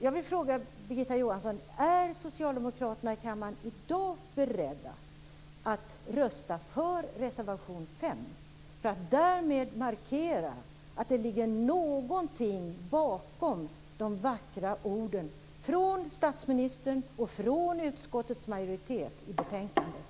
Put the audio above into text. Jag vill fråga Birgitta Johansson: Är socialdemokraterna i kammaren i dag beredda att rösta för reservation 5 för att därmed markera att det ligger någonting bakom de vackra orden från statsministern och från utskottets majoritet i betänkandet?